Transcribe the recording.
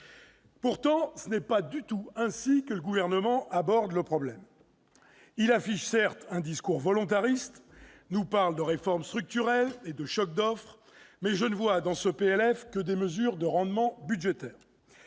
pourtant pas du tout ainsi que le Gouvernement aborde le problème. Certes, il affiche un discours volontariste, nous parle de réforme structurelle et de choc d'offre, mais je ne vois, dans ce PLF, que des mesures de rendement budgétaire.